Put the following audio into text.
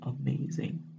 amazing